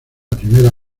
primera